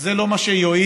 וזה לא מה שיועיל,